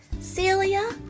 Celia